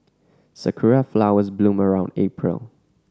sakura flowers bloom around April